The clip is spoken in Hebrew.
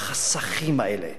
החסכים האלה,